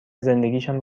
زندگیشان